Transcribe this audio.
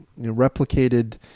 replicated